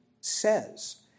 says